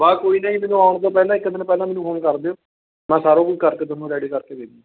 ਬਸ ਕੋਈ ਨਾ ਜੀ ਮੈਨੂੰ ਆਉਣ ਤੋਂ ਪਹਿਲਾਂ ਇੱਕ ਦਿਨ ਪਹਿਲਾਂ ਮੈਨੂੰ ਫੋਨ ਕਰ ਦਿਉ ਮੈਂ ਸਾਰਾ ਕੁਛ ਕਰਕੇ ਤੁਹਾਨੂੰ ਰੈਡੀ ਕਰਕੇ ਦੇ ਦੂੰਗਾ